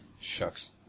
shucks